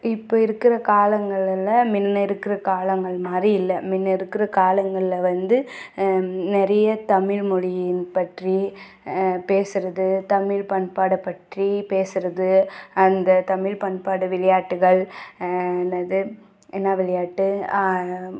இப்போ இருக்கிற காலங்கள் எல்லாம் முன்ன இருக்கிற காலங்கள் மாதிரி இல்லை முன்ன இருக்கிற காலங்களில் வந்து நிறைய தமிழ்மொழியின் பற்றி பேசுகிறது தமிழ் பண்பாடை பற்றி பேசுகிறது அந்த தமிழ் பண்பாடு விளையாட்டுகள் என்னது என்ன விளையாட்டு